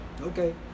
Okay